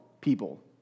people